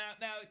now